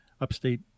upstate